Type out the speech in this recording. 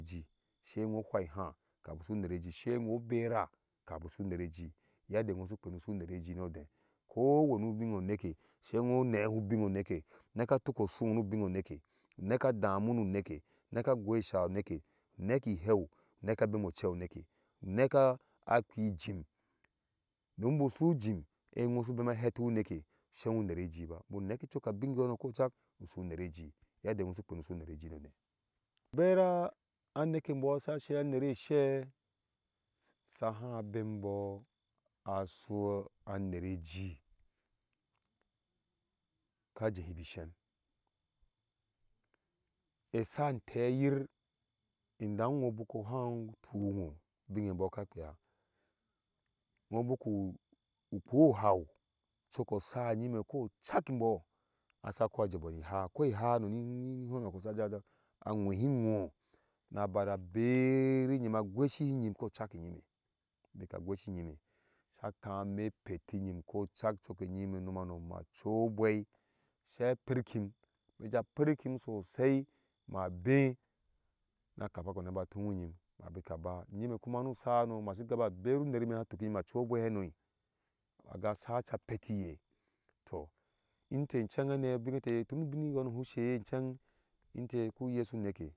Iji sai who fa iháá kafin usu une reji sai iwhobera kafin usu unereji yadda whó su sunereji no deh ko wani ubin oneke sai who nehi ubin oneke naka tuko suwho nubin oneke neke damu nu neke neke goi sháá neke naki iheu neka bemo cheu oneka neka a phi ijim dom bu su ujin ewho su bema heti hu uneke sewu nereji ba bu neke cok abin yono kocak su su unereji yadda who su phaa nu su unere jii nodeh bera anera embɔɔ sa she a nere she saha bembɔɔ aso anere shesaha bembɔɔ aso a nere jii ka jehibi ishem isa inteyir idan iwho buha tumo ubin ambɔɔ sika phea idan whobbike phi uhun coko osa yime ko cak kinbɔɔ asa kwo a jebo ni haa akwai ihaa ni honok saja a wehi nwo na bana beri nyim na gwesihi iyime ko cak bika iyime gwesihi iyime sa kamine petiyim kocak cokeyime umom hawi ma chogwac sai parkin bija perkin so sai ma bee na kafe ba ba tuwi yim ma bika ba yima kuma nu sahanui ma bika ba bem uner me ye se tuki iyimme ma cho gwai haiwi mage sacha peti ye to inte cheng hane bm ete tun uyow bu seye chang mte ka yesiu neke bin